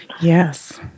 Yes